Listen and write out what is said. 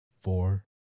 Four